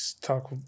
talk